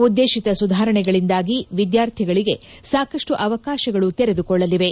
ಉದ್ದೇಶಿತ ಸುಧಾರಣೆಗಳಿಂದಾಗಿ ವಿದ್ಯಾರ್ಥಿಗಳಿಗೆ ಸಾಕಷ್ವು ಅವಕಾಶಗಳು ತೆರೆದುಕೊಳ್ಳಲಿವೆ